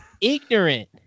Ignorant